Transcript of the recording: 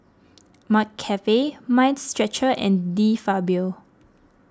McCafe Mind Stretcher and De Fabio